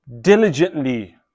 diligently